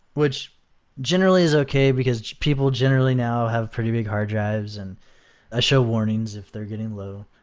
which generally is okay, because people generally now have pretty big hard drives and ah show warnings if they're getting low,